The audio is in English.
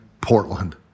Portland